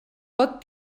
pot